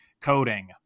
coding